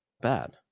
bad